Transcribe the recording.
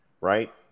right